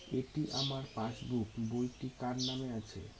এটি আমার পাসবুক বইটি কার নামে আছে?